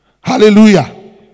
hallelujah